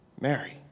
Mary